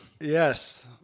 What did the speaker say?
Yes